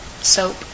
Soap